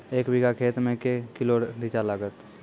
एक बीघा खेत मे के किलो रिचा लागत?